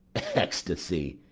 ecstasy!